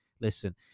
Listen